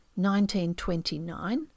1929